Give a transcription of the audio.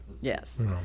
Yes